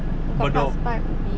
I thought is start at ubi